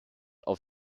auf